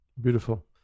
Beautiful